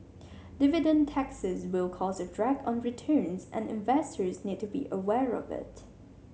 dividend taxes will cause a drag on returns and investors need to be aware of it